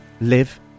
live